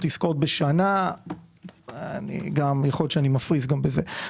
עסקאות בשנה ויכול להיות שאני גם מפריז בזה.